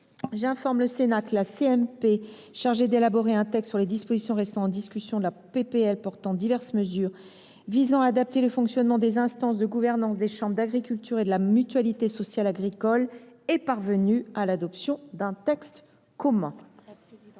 mixte paritaire chargée d’élaborer un texte sur les dispositions restant en discussion de la proposition de loi portant diverses mesures visant à adapter le fonctionnement des instances de gouvernance des chambres d’agriculture et de la mutualité sociale agricole est parvenue à l’adoption d’un texte commun.